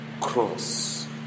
cross